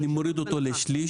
אני מוריד אותו לשליש?